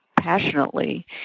passionately